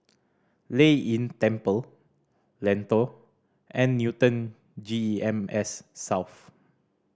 Lei Yin Temple Lentor and Newton G E M S South